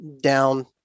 down